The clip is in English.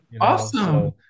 Awesome